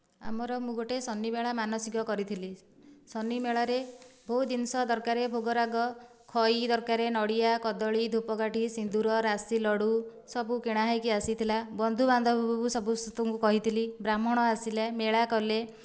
ଆମର ମୁଁ ଗୋଟେ ଶନିମେଳା ମାନସିକ କରିଥିଲି ଶନିମେଳାରେ ବହୁତ ଜିନିଷ ଦରକାର ଭୋଗ ରାଗ ଖଇ ଦରକାର ନଡ଼ିଆ କଦଳୀ ଧୂପକାଠି ସିନ୍ଦୁର ରାଷିଲଡୁ ସବୁ କିଣା ହୋଇକି ଆସିଥିଲା ବନ୍ଧୁ ବାନ୍ଧବଙ୍କୁ ସମସ୍ତଙ୍କୁ କହିଥିଲି ବ୍ରାହ୍ମଣ ଆସିଲେ ମେଳା କଲେ